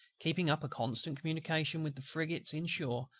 keeping up constant communication with the frigates in shore,